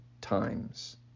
times